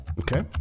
Okay